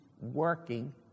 working